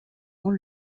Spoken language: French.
ont